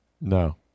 No